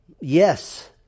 yes